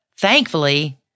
thankfully